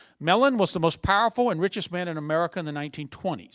mellon was the most powerful and richest man in america in the nineteen twenty s.